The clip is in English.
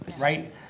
Right